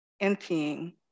emptying